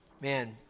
man